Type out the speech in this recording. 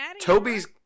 Toby's